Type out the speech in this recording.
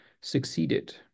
succeeded